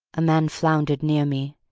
a man floundered near me,